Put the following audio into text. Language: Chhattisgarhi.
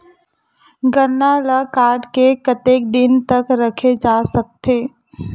गन्ना ल काट के कतेक दिन तक रखे जा सकथे?